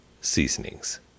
seasonings